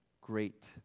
great